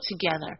together